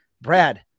Brad